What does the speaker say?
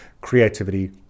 creativity